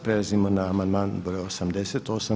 Prelazimo na amandman br. 88.